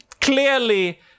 clearly